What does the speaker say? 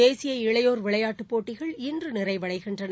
தேசிய இளையோர் விளையாட்டுப் போட்டிகள் இன்று நிறைவடைகின்றன